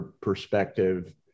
perspective